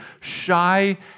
shy